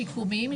השיקומיים,